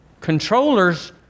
Controllers